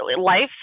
life